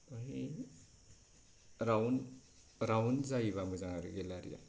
ओमफाय round round जायोबा मोजां आरो गेलारिया